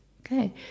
okay